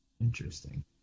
Interesting